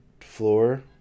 floor